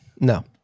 No